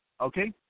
okay